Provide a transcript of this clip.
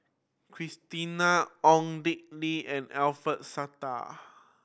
Christina Ong Dick Lee and Alfian Sa'at